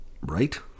Right